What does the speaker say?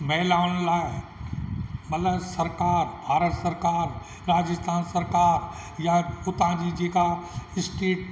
महिलाउनि लाइ ॿलह सरकार भारत सरकार राजस्थान सरकार या उतां जी जेका स्टेट